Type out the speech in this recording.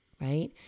right